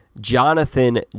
Jonathan